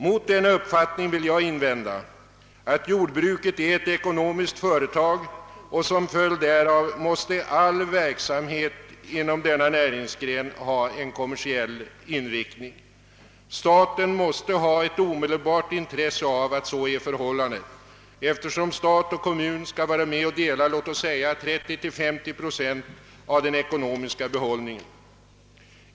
Mot den uppfattningen vill jag invända, att jordbruket är ett ekonomiskt företag och att all verksamhet inom denna näringsgren som följd därav måste ha en kommersiell inriktning. Staten måste ha ett omedelbart intresse av att så är förhållandet, eftersom stat och kommun skall vara med och dela låt oss säga 30—50 procent av den ekonomiska behållningen.